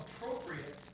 appropriate